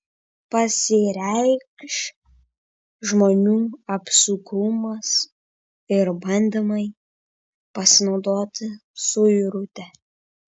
pasireikš žmonių apsukrumas ir bandymai pasinaudoti suirute